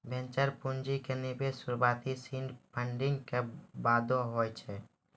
venture पूंजी के निवेश शुरुआती सीड फंडिंग के बादे होय छै